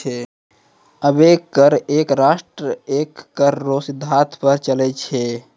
अबै कर एक राष्ट्र एक कर रो सिद्धांत पर चलै छै